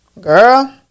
girl